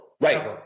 Right